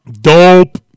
Dope